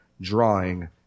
drawing